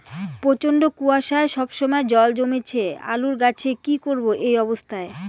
প্রচন্ড কুয়াশা সবসময় জল জমছে আলুর গাছে কি করব এই অবস্থায়?